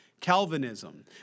Calvinism